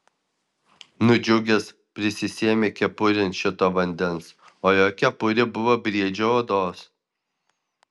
nudžiugęs prisisėmė kepurėn šito vandens o jo kepurė buvo briedžio odos